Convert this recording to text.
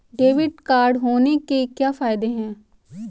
Debit card होने के क्या फायदे हैं?